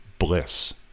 Bliss